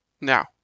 Now